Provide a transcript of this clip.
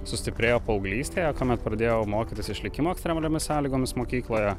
sustiprėjo paauglystėje kuomet pradėjau mokytis išlikimo ekstremaliomis sąlygomis mokykloje